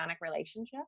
relationship